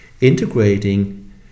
integrating